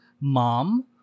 Mom